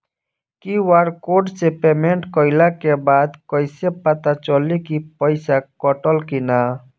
QR code से payment कईला के बाद कईसे पता चली की पैसा कटल की ना?